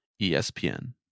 ESPN